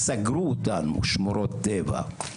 סגרו אותנו שמורות טבע,